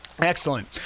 Excellent